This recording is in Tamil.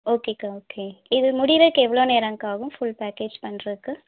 ஓகே அக்கா ஓகே இது முடியிறதுக்கு எவ்வளோ நேரம் அக்கா ஆகும் ஃபுல் பேக்கேஜ் பண்ணுறக்கு